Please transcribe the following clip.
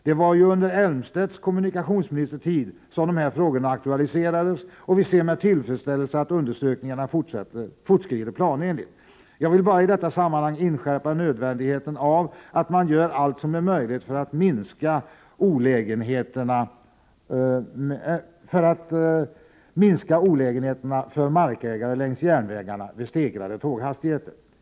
Det var ju under Elmstedts kommunikationsministertid som de här frågorna aktualiserades, och vi ser med tillfredsställelse att undersökningarna fortskrider planenligt. Jag vill i detta sammanhang bara inskärpa nödvändigheten av att man gör allt vad som är möjligt för att minska olägenheterna för markägare längs järnvägarna vid stegrade tåghastigheter.